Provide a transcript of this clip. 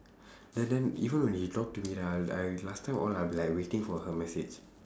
then then even when she talk to me right I I'll last time all I'll be waiting for her message